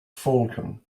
falcon